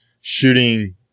shooting